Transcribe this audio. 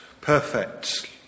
perfect